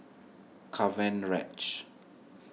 Cavenareach